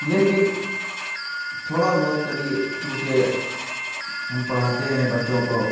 لیکن تھوڑا بہت کبھی کیوںکہ ہم پڑھاتے ہیں بچوں کو